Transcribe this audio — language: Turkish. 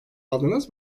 aldınız